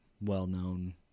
well-known